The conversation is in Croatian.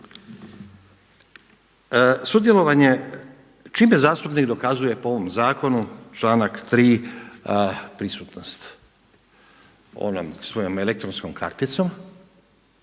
vjeri. Čime zastupnik dokazuje po ovome zakonu članak 3. prisutnost? Onom svojom elektronskom karticom